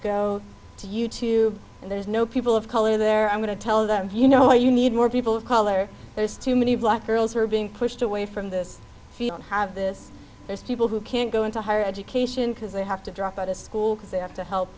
go to youtube and there's no people of color there i'm going to tell them you know you need more people of color there's too many black girls who are being pushed away from this field have this there's people who can't go into higher education because they have to drop out of school because they have to help